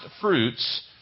fruits